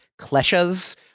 kleshas